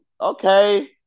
Okay